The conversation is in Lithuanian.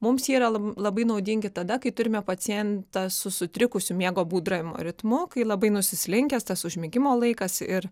mums jie yra labai naudingi tada kai turime pacientą su sutrikusiu miego būdravimo ritmu kai labai nusislinkęs tas užmigimo laikas ir